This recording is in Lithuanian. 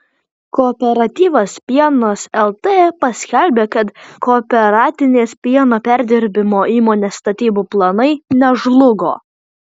kooperatyvas pienas lt paskelbė kad kooperatinės pieno perdirbimo įmonės statybų planai nežlugo